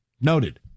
noted